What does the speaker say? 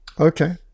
Okay